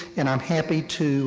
and i'm happy to